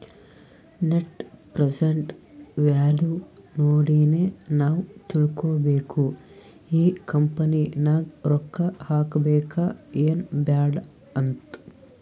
net present value ನೋಡಿನೆ ನಾವ್ ತಿಳ್ಕೋಬೇಕು ಈ ಕಂಪನಿ ನಾಗ್ ರೊಕ್ಕಾ ಹಾಕಬೇಕ ಎನ್ ಬ್ಯಾಡ್ ಅಂತ್